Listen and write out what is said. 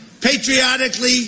patriotically